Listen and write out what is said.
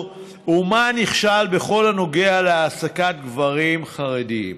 ומה נכשל בכל הנוגע להעסקת גברים חרדים.